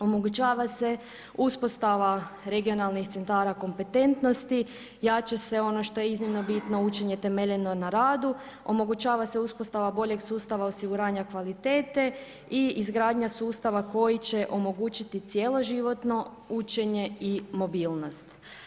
Omogućava se uspostava regionalnih centara kompetentnosti, jača se ono što je iznimno bitno, učenje temeljeno na radu, omogućava se uspostava boljeg sustava osiguranja kvalitete i izgradnja sustava koji će omogućiti cjeloživotno učenje i mobilnost.